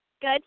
Good